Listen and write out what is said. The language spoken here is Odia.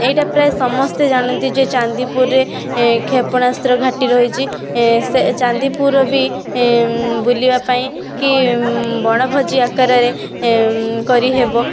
ଏଇଟା ପ୍ରାୟ ସମସ୍ତେ ଜାଣନ୍ତି ଯେ ଚାନ୍ଦିପୁରରେ କ୍ଷେପଣାଅସ୍ତ୍ର ଘାଟି ରହିଛି ସେ ଚାନ୍ଦିପୁର ବି ବୁଲିବା ପାଇଁ କି ବଣଭୋଜି ଆକାରରେ କରିହେବ